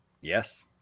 Yes